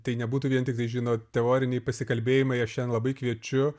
tai nebūtų vien tiktai žinot teoriniai pasikalbėjimai aš šiandien labai kviečiu